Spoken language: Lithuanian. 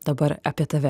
dabar apie tave